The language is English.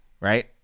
right